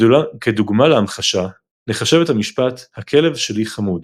כדוגמה להמחשה, נחשב את המשפט "הכלב שלי חמוד".